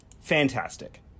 Fantastic